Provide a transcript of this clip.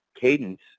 cadence